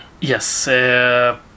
Yes